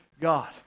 God